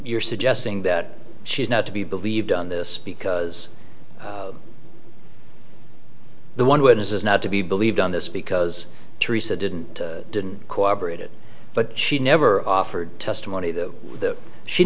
you're suggesting that she's not to be believed on this because the one witness is not to be believed on this because theresa didn't didn't cooperated but she never offered testimony that she